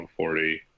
140